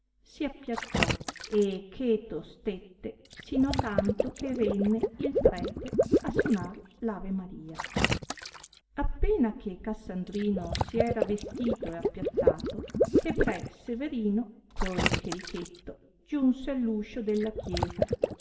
si appiattò e cheto stette sino a tanto che venne il prete a sonar l'ave maria appena che cassandrino si era vestito e appiattato che pre severino col cherichetto giunse all uscio della chiesa